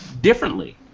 differently